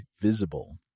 Visible